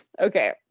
okay